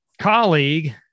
colleague